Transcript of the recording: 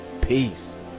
Peace